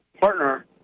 partner